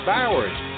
Bowers